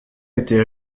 été